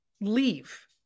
leave